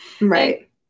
Right